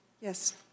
Yes